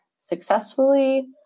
successfully